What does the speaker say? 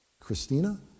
Christina